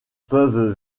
peuvent